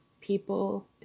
people